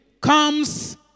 comes